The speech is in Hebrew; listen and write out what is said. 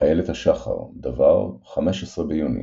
אילת השחר, דבר, 15 ביוני